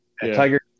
Tiger